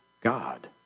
God